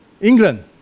England